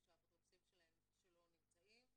איפה שהאפוטרופוסים שלו נמצאים,